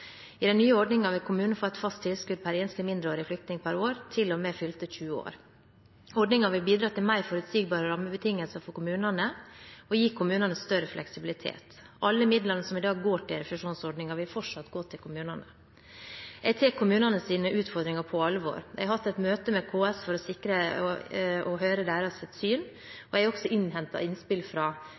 I den nye ordningen vil kommunen få et fast tilskudd per enslig mindreårig flyktning per år til og med fylte 20 år. Ordningen vil bidra til mer forutsigbare rammebetingelser for kommunene og gi kommunene større fleksibilitet. Alle midlene som i dag går til refusjonsordningen, vil fortsatt gå til kommunene. Jeg tar kommunenes utfordringer på alvor. Jeg har hatt et møte med KS for å høre deres syn. Jeg har også innhentet innspill fra